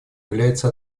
является